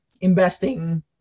investing